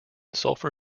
sulphur